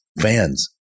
fans